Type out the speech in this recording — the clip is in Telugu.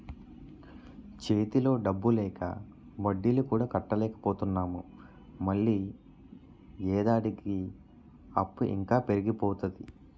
చేతిలో డబ్బు లేక వడ్డీలు కూడా కట్టలేకపోతున్నాము మళ్ళీ ఏడాదికి అప్పు ఇంకా పెరిగిపోతాది